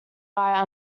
eye